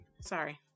Sorry